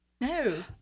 No